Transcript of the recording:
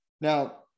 Now